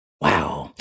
Wow